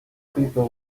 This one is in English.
people